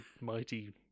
mighty